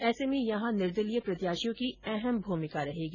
ऐसे में यहां निर्दलीय प्रत्याशियों की अहम भूमिका रहेगी